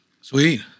Sweet